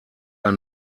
ein